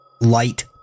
Light